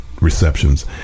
receptions